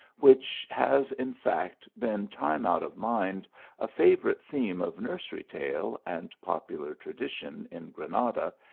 which has, in fact, been time out of mind a favourite theme of nursery tale and popular tradition in granada,